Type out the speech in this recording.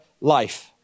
life